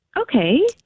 Okay